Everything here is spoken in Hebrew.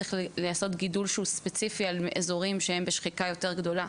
צריך אולי לעשות גידול שהוא ספציפי על אזורים שהם בשחיקה יותר גדולה.